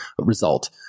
result